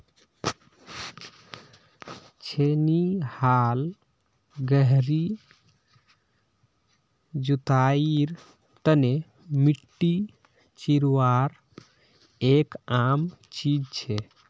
छेनी हाल गहरी जुताईर तने मिट्टी चीरवार एक आम चीज छे